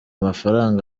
mafaranga